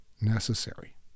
necessary